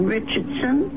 Richardson